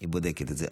היא בודקת את זה.